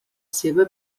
seva